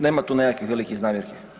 Nema tu nekakvih velikih zamjerki.